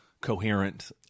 coherent